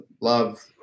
love